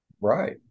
right